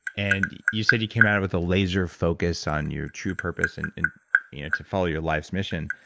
and you said you came out with a laser focus on your true purpose and and you know to follow your life's mission.